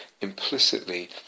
implicitly